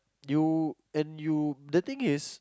you and you the thing is